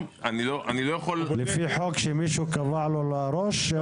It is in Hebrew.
זה לפי חוק שמישהו קבע לעצמו בראש?